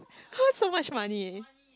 so much money